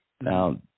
Now